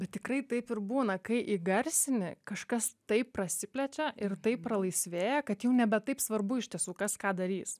bet tikrai taip ir būna kai įgarsini kažkas taip prasiplečia ir taip pralaisvėja kad jau nebe taip svarbu iš tiesų kas ką darys